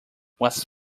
was